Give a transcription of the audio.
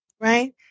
right